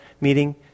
meeting